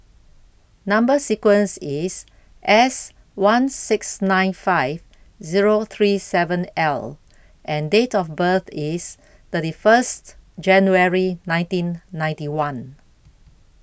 Number sequence IS S one six nine five Zero three seven L and Date of birth IS thirty First January nineteen ninety one